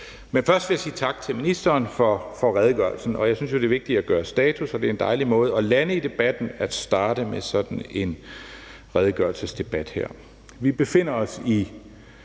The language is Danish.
Men først vil jeg sige tak til ministeren for redegørelsen, og jeg synes jo, det er vigtigt at gøre status, og det er en dejlig måde at lande i debatten at starte med sådan en redegørelsesdebat her. Vi befinder os i